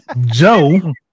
Joe